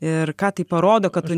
ir ką tai parodo kad tu